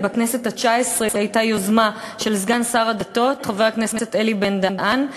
ובכנסת התשע-עשרה הייתה יוזמה של סגן שר הדתות חבר הכנסת אלי בן-דהן.